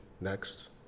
next